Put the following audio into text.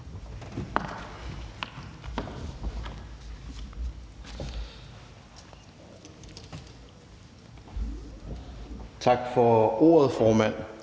Tak for ordet, formand.